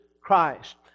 Christ